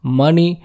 Money